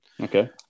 okay